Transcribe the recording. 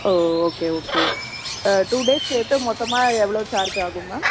ஓ okay okay two days சேர்த்து மொத்தமாக எவ்வளோ சார்ஜ் ஆகும் மேம்